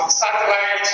satellite